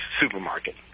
supermarket